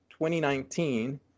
2019